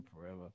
forever